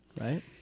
right